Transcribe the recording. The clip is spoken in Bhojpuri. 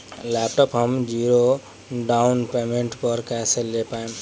लैपटाप हम ज़ीरो डाउन पेमेंट पर कैसे ले पाएम?